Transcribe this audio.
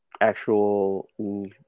actual